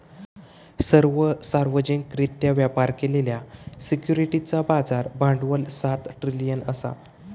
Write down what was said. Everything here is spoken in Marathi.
सर्व सार्वजनिकरित्या व्यापार केलेल्या सिक्युरिटीजचा बाजार भांडवल सात ट्रिलियन असा